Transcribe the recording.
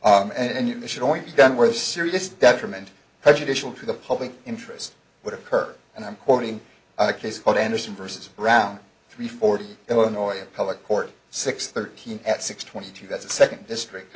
on and you should only be done where serious detriment prejudicial to the public interest would occur and i'm quoting on a case called anderson versus around three forty illinois public court six thirteen at six twenty two that's the second district